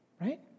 Right